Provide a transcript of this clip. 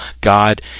God